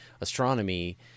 astronomy